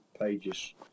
pages